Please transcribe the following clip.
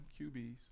QBs